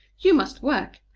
you must work,